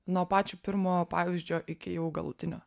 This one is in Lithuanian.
nuo pačio pirmo pavyzdžio iki jau galutinio